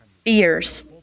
fears